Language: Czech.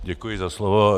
Děkuji za slovo.